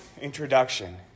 introduction